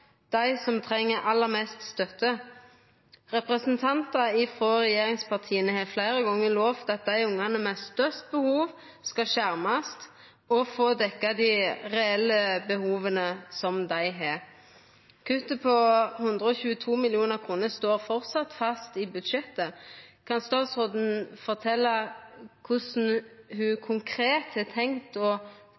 dei som treng aller mest støtte. Representantar frå regjeringspartia har fleire gonger lovt at dei ungane med størst behov skal skjermast og få dekt dei reelle behova som dei har. Kuttet på 122 mill. kr står framleis fast i budsjettet. Kan statsråden fortelja korleis ho konkret har tenkt